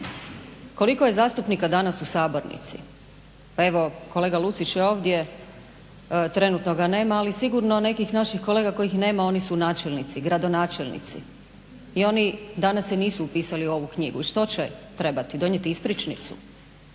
Koliko je zastupnika danas u sabornici? Pa evo kolega Lucić je ovdje, trenutno ga nema, ali sigurno nekih naših kolega kojih nema, oni su načelnici, gradonačelnici i oni danas se nisu upisali u ovu knjigu. Što će trebati? Donijeti ispričnicu.